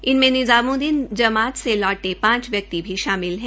इनमे निज़ामुद्दीन जमात से लौटे पांच व्यक्ति भी शामिल है